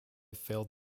failed